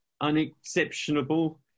unexceptionable